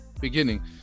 beginning